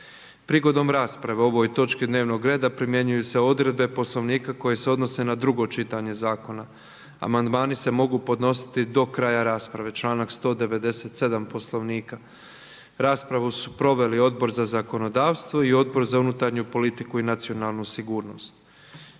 Prigodom rasprave o ovoj točki dnevnog reda primjenjuju se odredbe Poslovnika koje se odnose na drugo čitanje zakona. Amandmani se mogu podnositi do kraja rasprave sukladno članku 197. Poslovnika. Raspravu su proveli Odbor za zakonodavstvo te Odbor za rad, mirovinski sustav